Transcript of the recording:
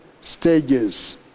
stages